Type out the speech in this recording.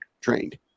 trained